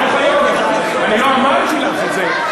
את לא חייבת, אני לא אמרתי לך את זה,